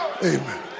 Amen